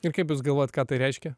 ir kaip jūs galvojate ką tai reiškia